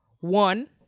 One